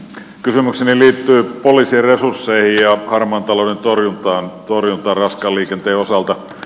kysymykseni liittyy poliisien resursseihin ja harmaan talouden torjuntaan raskaan liikenteen osalta